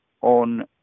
on